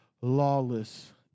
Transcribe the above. lawless